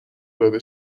داده